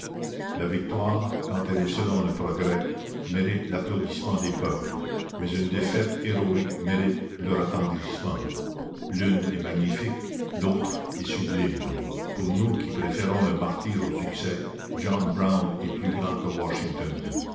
la victoire quand elle est selon le progrès mérite l'applaudissement des peuples mais une défaite héroïque mérite leur attendrissement l'une est magnifique l'autre est sublime pour nous qui préférons le martyre au succès john brown est plus grand que washington